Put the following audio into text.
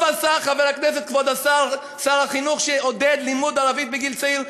טוב עשה חבר הכנסת כבוד שר החינוך שעודד לימוד ערבית בגיל צעיר.